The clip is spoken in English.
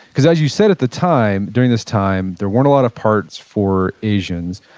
cause as you said at the time, during this time there weren't a lot of parts for asians.